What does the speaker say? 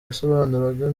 yasobanuraga